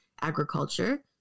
agriculture